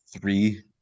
three